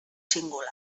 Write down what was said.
singular